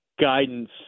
guidance